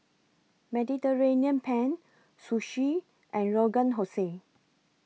Mediterranean Penne Sushi and Rogan Jose